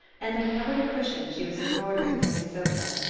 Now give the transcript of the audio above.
and uncovered a cushion she was embroidering for his sofa.